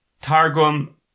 Targum